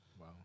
Wow